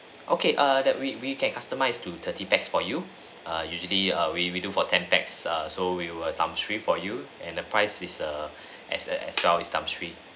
okay err that we we can customize to thirty pax for you err usually err we we do for ten pax err so we will times three for you and the price is err as err as well as times three